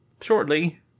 shortly